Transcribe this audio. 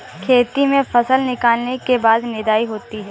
खेती में फसल निकलने के बाद निदाई होती हैं?